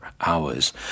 hours